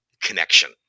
connection